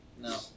No